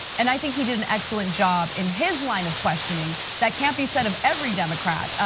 and i think he did an excellent job in his line of questioning, that can't be said of every democrat.